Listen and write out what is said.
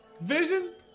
Vision